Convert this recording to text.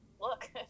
Look